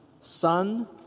Son